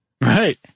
Right